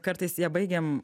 kartais ją baigiam